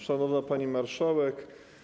Szanowna Pani Marszałek!